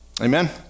Amen